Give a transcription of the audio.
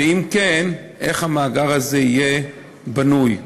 ואם כן, איך המאגר הזה יהיה בנוי: